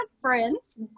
friends